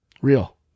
Real